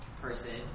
person